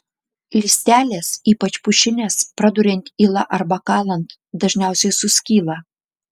lystelės ypač pušinės praduriant yla arba kalant dažniausiai suskyla